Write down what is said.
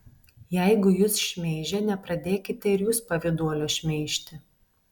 jeigu jus šmeižia nepradėkite ir jūs pavyduolio šmeižti